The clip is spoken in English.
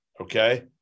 okay